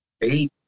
eight